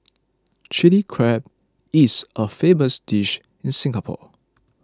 Chilli Crab is a famous dish in Singapore